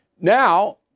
Now